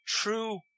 true